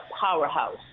powerhouse